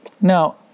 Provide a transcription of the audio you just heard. Now